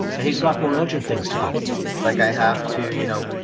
and he's got more urgent things to do like, i have to, you know,